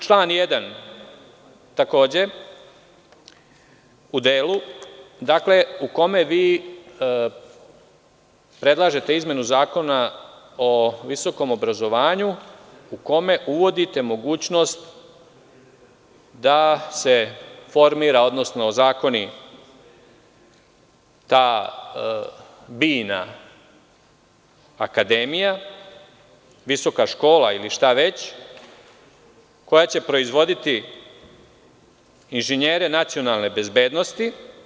Član 1, takođe, u delu u kome vi predlažete izmenu Zakona o visokom obrazovanju u kome uvodite mogućnost da se formira, odnosno ozakoni ta „bina“ akademija, visoka škola ili šta već koja će proizvoditi inženjere nacionalne bezbednosti.